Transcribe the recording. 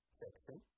section